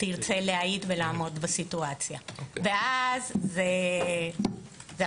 תרצה להעיד ולעמוד בסיטואציה, ואז זה אחרת.